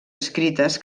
escrites